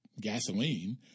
gasoline